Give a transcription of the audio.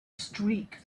streak